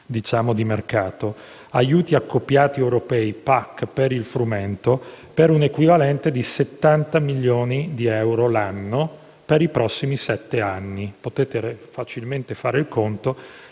crisi di mercato, aiuti accoppiati europei (PAC) per il frumento per un equivalente di 70 milioni di euro l'anno per i prossimi sette anni. Potete facilmente fare il conto: